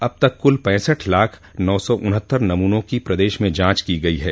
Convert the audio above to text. अब तक कुल पैसठ लाख नौ सौ उनहत्तर नमूनों की प्रदश में जांच की गई है